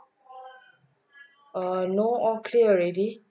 err no all clear already